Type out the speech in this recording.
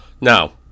Now